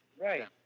Right